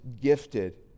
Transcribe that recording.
gifted